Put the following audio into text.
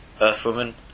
Earthwoman